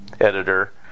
editor